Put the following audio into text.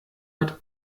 hat